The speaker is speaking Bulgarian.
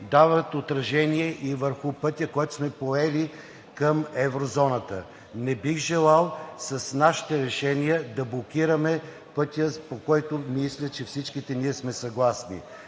дават отражение и върху пътя, който сме поели към еврозоната. Не бих желал с нашите решения да блокираме пътя, за който, мисля, че всички ние сме съгласни.